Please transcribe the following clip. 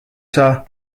saa